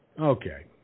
Okay